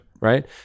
right